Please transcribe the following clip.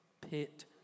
pit